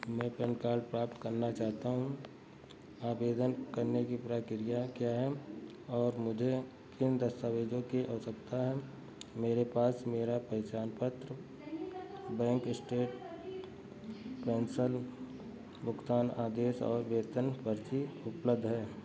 मैं PAN card प्राप्त करना चाहता हूँ आवेदन करने की प्रक्रियाएँ क्या है और मुझे किन दस्तावेज़ों की आवश्यकता है मेरे पास मेरा पहचान प्रमाण पत्र बैंक इस्टेटमेंट पेंशन भुगतान आदेश और वेतन पर्ची उपलब्ध है